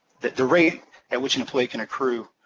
the the rate at which an employee can accrue